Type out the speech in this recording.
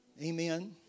Amen